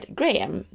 Graham